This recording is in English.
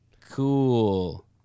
Cool